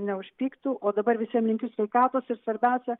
neužpyktų o dabar visiem linkiu sveikatos ir svarbiausia